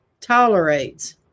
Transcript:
tolerates